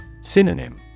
Synonym